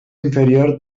inferior